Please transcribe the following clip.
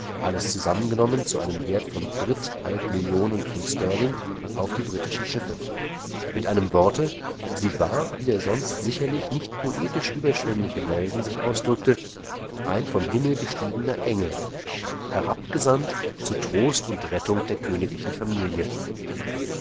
alles zusammengenommen zu einem wert von dritthalb millionen pf st auf die britischen schiffe mit einem worte sie war wie der sonst sicherlich nicht poetisch überschwengliche nelson sich ausdrückte ein vom himmel gestiegener engel herabgesandt zu trost und rettung der königlichen familie